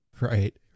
Right